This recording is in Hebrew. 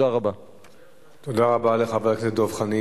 אדוני היושב-ראש,